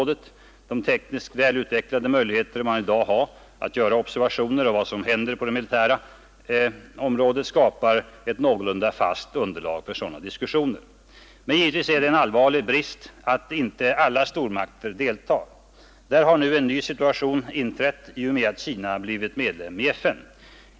De tekniskt väl utvecklade möjligheter man i dag har att göra observationer av vad som händer på det militära området skapar ett någorlunda fast underlag för sådana diskussioner. Men givetvis är det en allvarlig brist att inte alla stormakter deltar. Där har nu en ny situation inträtt i och med att Kina blivit medlem i FN.